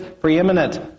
preeminent